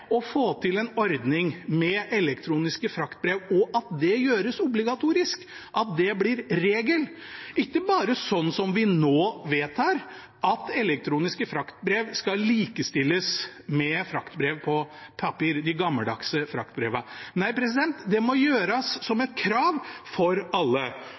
å få til en ordning med elektroniske fraktbrev, og at det gjøres obligatorisk, at det blir regelen og ikke bare sånn som vi nå vedtar, at elektroniske fraktbrev skal likestilles med fraktbrev på papir, de gammeldagse fraktbrevene. Nei, det må gjøres som et krav for alle.